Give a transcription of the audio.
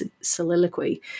soliloquy